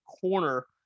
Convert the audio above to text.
corner